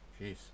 Jeez